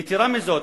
יתירה מזו,